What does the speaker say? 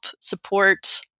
support